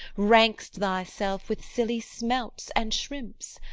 rank'st thyself with silly smelts and shrimps?